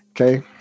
Okay